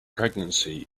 pregnancy